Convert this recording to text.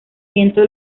viento